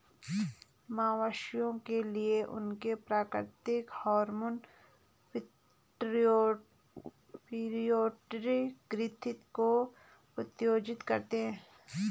मवेशियों के लिए, उनके प्राकृतिक हार्मोन पिट्यूटरी ग्रंथि को उत्तेजित करते हैं